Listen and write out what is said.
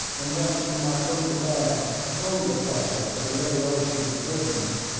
and whence he might bring to bear stronger pressure for the liberation of the prisoners.